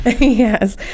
Yes